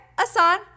Asan